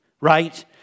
right